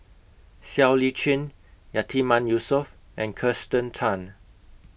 Siow Lee Chin Yatiman Yusof and Kirsten Tan